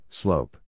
slope